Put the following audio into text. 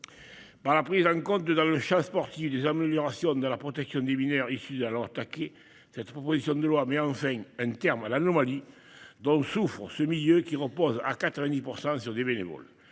Par la prise en compte dans le champ sportif des améliorations de la protection des mineurs ici alors attaqué cette proposition de loi met enfin un terme à l'anomalie dont souffrent ce milieu qui repose à 90% sur des bénévoles.